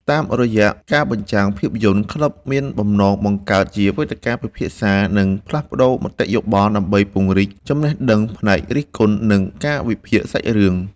តាមរយៈការបញ្ចាំងភាពយន្ត ក្លឹបមានបំណងបង្កើតជាវេទិកាពិភាក្សា និងផ្លាស់ប្តូរមតិយោបល់ ដើម្បីពង្រីកចំណេះដឹងផ្នែករិះគន់ និងការវិភាគសាច់រឿង។